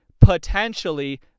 potentially